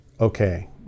okay